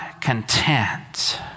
content